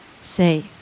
say